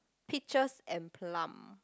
peaches and plum